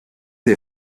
der